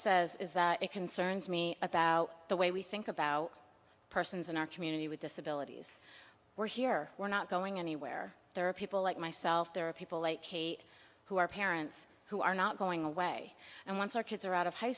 says is that it concerns me about the way we think about persons in our community with disabilities we're here we're not going anywhere there are people like myself there are people like kate who are parents who are not going away and once our kids are out of high